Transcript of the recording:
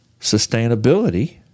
sustainability